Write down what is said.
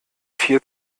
vier